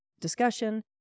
discussion